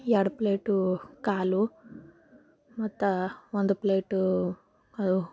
ಎರ್ಡು ಪ್ಲೇಟು ಕಾಲು ಮತ್ತು ಒಂದು ಪ್ಲೇಟೂ